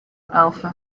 alpha